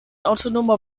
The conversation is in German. autonomer